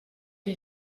que